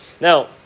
Now